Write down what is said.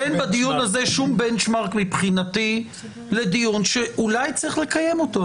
אין בדיון הזה שום בנצ'מארק מבחינתי לדיון שאולי צריך לקיים אותו,